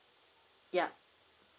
yeah